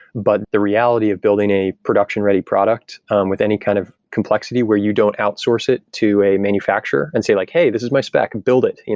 but the reality of building a production ready product um with any kind of complexity where you don't outsource it to a manufacturer and say like, hey! this is my spec. and build it,